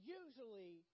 usually